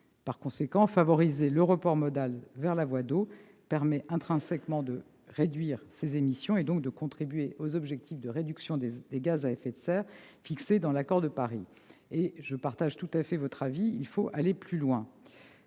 Par conséquent, favoriser le report modal vers la voie d'eau permet intrinsèquement de réduire ces émissions, donc de contribuer à la réalisation des objectifs de réduction des émissions de gaz à effet de serre fixés dans l'accord de Paris. Je partage tout à fait votre avis : il faut aller plus loin.